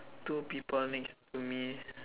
two people next to me